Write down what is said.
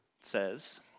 says